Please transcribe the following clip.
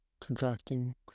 Contracting